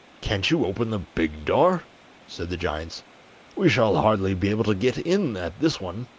can't you open the big door said the giants we shall hardly be able to get in at this one